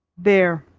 there,